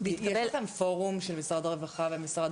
--- יושב פורום של משרד הרווחה ומשרד